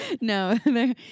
No